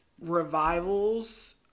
revivals